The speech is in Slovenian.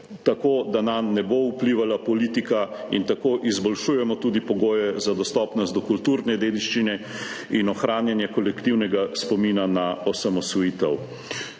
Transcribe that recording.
tako, da nanj ne bo vplivala politika, in tako izboljšujemo tudi pogoje za dostopnost do kulturne dediščine in ohranjanje kolektivnega spomina na osamosvojitev.